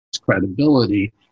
credibility